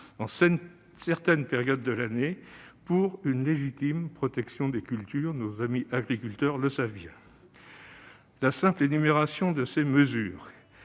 à certaines périodes de l'année, pour une légitime protection des cultures ; nos amis agriculteurs le savent bien. La simple énumération de ces mesures